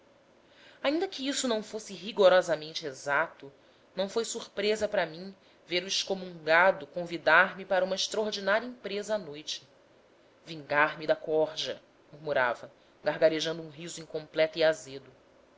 ainda que isso não fosse rigorosamente exato não foi surpresa para mim ver o excomungado convidar-me para uma extraordinária empresa à noite vingar me da corja murmurava gargarejando um riso incompleto e azedo